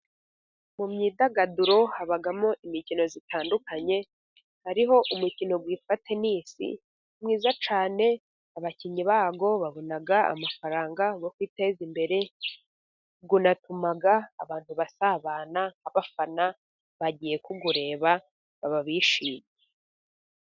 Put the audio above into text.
Mu myidagaduro habamo imikino itandukanye. Hariho umukino witwa tenisi mwiza cyane, abakinnyi bawo babona amafaranga yo kwiteza imbere, unatuma abantu basabana, nk'abafana bagiye kuwureba baba bishimye.